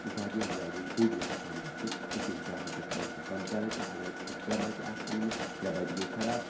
واریاہ زیادٕ بوٚڑ نۄقصان گژھِ أکِس گرٛاہَکَس بٔلکہِ پنٛژاہ رۄپیہِ اگر مےٚ ترٛےٚ بَتہِ آسہِ اَنِمَژ ترٛےٚ بَتہِ گٔے خراب